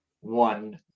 one